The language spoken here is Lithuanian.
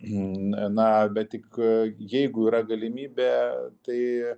na bet tik jeigu yra galimybė tai